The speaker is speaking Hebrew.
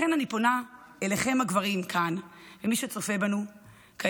לכן אני פונה אליכם הגברים כאן ואל מי שצופה בו כעת: